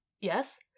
yes